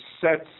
sets